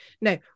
No